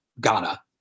Ghana